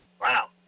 wow